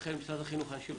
אני רוצה